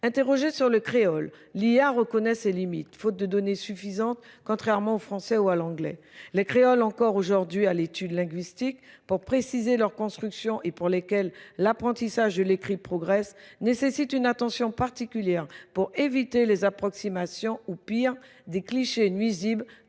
Interrogée sur le créole, l'IA reconnaît ses limites faute de données suffisantes contrairement aux français ou à l'anglais. Les créoles encore aujourd'hui à l'étude linguistique pour préciser leurs constructions et pour lesquelles l'apprentissage de l'écrit progresse nécessite une attention particulière pour éviter les approximations ou pire des clichés nuisibles